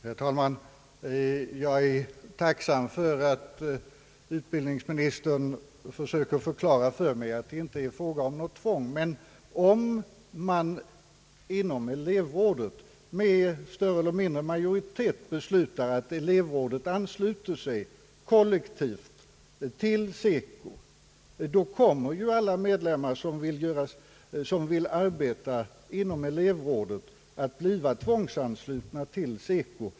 Herr talman! Jag är tacksam för att utbildningsministern söker förklara för mig att det inte är fråga om något tvång, men om man inom elevrådet med större eller mindre majoritet beslutar att elevrådet kollektivt ansluter sig till SECO, kommer ju alla medlemmar som vill arbeta inom elevrådet att bli tvångsanslutna till SECO.